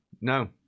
no